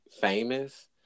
famous